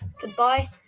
Goodbye